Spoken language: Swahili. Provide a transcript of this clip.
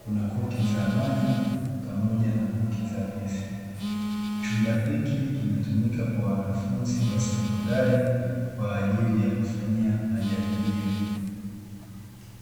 kuna koki za maji pamoja na koki za gesi. Chumba hiki kinatumika kwa wanafunzi wa sekondari kwa ajili ya kufanyia majaribio.